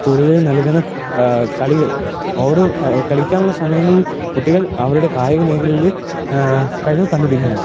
സ്കൂളുകളിൽ നൽകുന്ന കളികൾ ഓരോ കളി കളിക്കാനുള്ള സമയങ്ങളിൽ കുട്ടികൾ അവരുടെ കായിക മേഖലകളിൽ കഴിവ് കണ്ട് പിടിക്കുകയാണ്